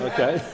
Okay